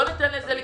לא ניתן לזה לקרות.